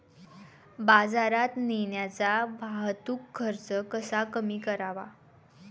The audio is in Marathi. बाजारात नेण्याचा वाहतूक खर्च कसा कमी करावा?